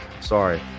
Sorry